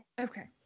okay